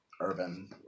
urban